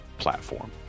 platform